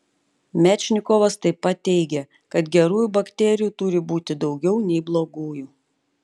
mečnikovas taip pat teigė kad gerųjų bakterijų turi būti daugiau nei blogųjų